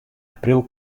april